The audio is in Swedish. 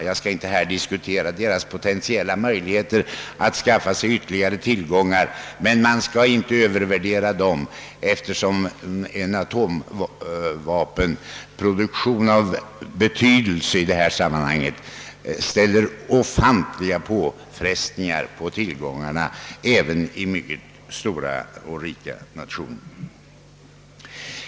Jag skall inte diskutera dessa båda länders potentiella möjligheter att skaffa sig ytterligare kärnvapentillgångar, men man bör inte övervärdera dessa möjligheter, eftersom en atomvapenproduktion av betydelse medför ofantliga ekonomiska påfrestningar även i mycket stora och rika nationer.